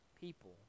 people